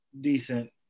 decent